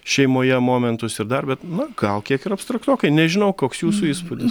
šeimoje momentus ir dar bet na gal kiek ir abstraktokai nežinau koks jūsų įspūdis